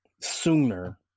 sooner